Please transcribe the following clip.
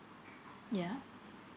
yeah